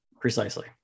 Precisely